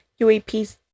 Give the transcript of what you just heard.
UAPs